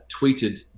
tweeted